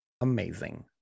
amazing